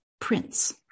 prince